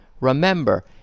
remember